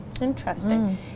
Interesting